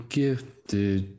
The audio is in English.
gifted